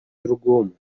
другому